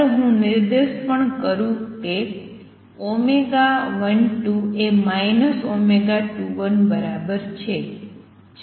ચાલો હું નિર્દેશ પણ કરું કે 12 એ 21 બરાબર છે